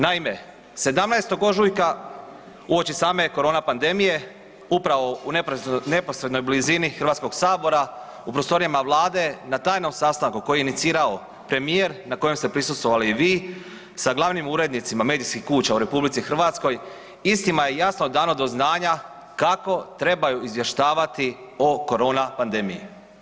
Naime, 17. ožujka uoči same korona pandemije, upravo u neposrednoj blizini HS-a, u prostorijama Vlade na tajnom sastanku koji je inicirao premijer, na kojem ste prisustvovali vi sa glavnim urednicima medijskih kuća u RH, istima je jasno dano do znanja kako trebaju izvještavati o korona pandemiji.